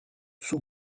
sous